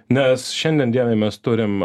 nes šiandien dienai mes turim